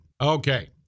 Okay